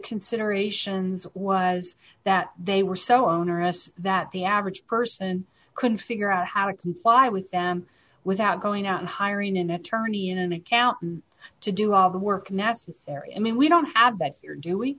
considerations was that they were so onerous that the average person couldn't figure out how to comply with them without going out and hiring an attorney in an accountant to do all the work necessary i mean we don't